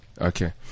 Okay